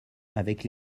avec